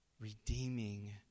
redeeming